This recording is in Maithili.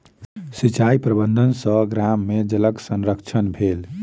सिचाई प्रबंधन सॅ गाम में जलक संरक्षण भेल